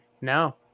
No